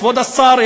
כבוד השר,